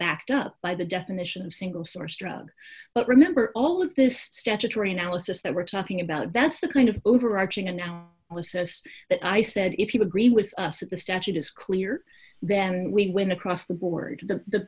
backed up by the definition of single source drug but remember all of this statutory analysis that we're talking about that's the kind of overarching and how was says that i said if you agree with us that the statute is clear then we'd win across the board the